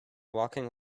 walking